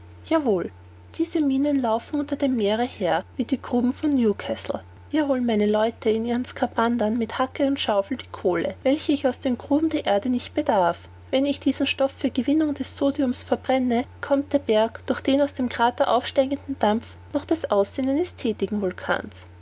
diese minen laufen unter dem meere her wie die gruben von newcastle hier holen meine leute in ihren skaphandern mit hacke und schaufel die kohle welche ich aus den gruben der erde nicht bedarf wenn ich diesen stoff für gewinnung des sodiums verbrenne bekommt der berg durch den aus dem krater aufsteigenden dampf noch das aussehen eines thätigen vulkans